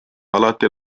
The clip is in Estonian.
alati